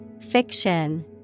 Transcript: Fiction